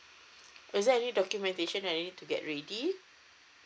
is there any documentation I need to get ready